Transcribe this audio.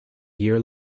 year